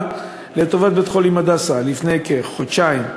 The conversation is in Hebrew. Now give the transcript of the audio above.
לטובת בית-חולים "הדסה" לפני כחודשיים,